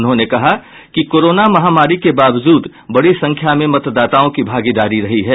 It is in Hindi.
उन्होंने कहा कि कोरोना महामारी के बावजूद बड़ी संख्या में मतदाताओं की भागीदारी रही है